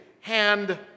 hand